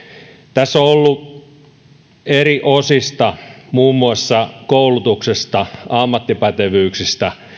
tässä on ollut asioita eri osista muun muassa koulutuksesta ammattipätevyyksistä